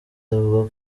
avuga